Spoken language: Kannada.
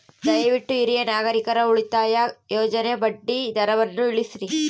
ದಯವಿಟ್ಟು ಹಿರಿಯ ನಾಗರಿಕರ ಉಳಿತಾಯ ಯೋಜನೆಯ ಬಡ್ಡಿ ದರವನ್ನು ತಿಳಿಸ್ರಿ